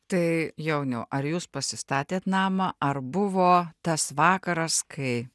tai jauniau ar jūs pasistatėt namą ar buvo tas vakaras kai